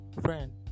friend